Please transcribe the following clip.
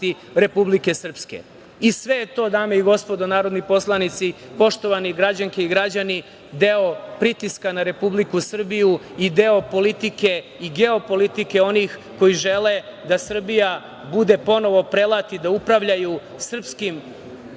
Republike Srpske. Sve je to, dame i gospodo narodni poslanici, poštovane građanke i građani, deo pritiska na Republiku Srbiju i deo politike i geopolitike onih koji žele da Srbija bude ponovo prelat i da upravljaju srpskim